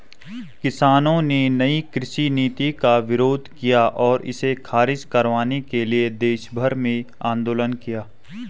किसानों ने नयी कृषि नीति का विरोध किया और इसे ख़ारिज करवाने के लिए देशभर में आन्दोलन किया